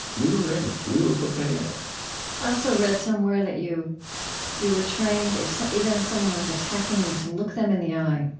we were ready. we were prepared i also read somewhere that you you were trained, so even if someone was attacking you, to look them in the eye,